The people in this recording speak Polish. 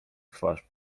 twarz